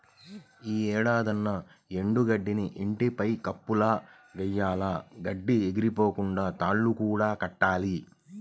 యీ ఏడాదన్నా ఎండు గడ్డిని ఇంటి పైన కప్పులా వెయ్యాల, గడ్డి ఎగిరిపోకుండా తాళ్ళు కూడా కట్టించాలి